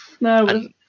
No